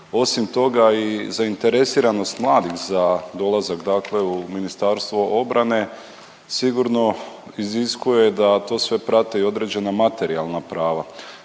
Osim toga i zainteresiranost mladih za dolazak, dakle u Ministarstvo obrane sigurno iziskuje da to sve prate i određena materijalna prava.